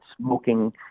smoking